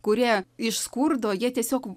kurie iš skurdo jie tiesiog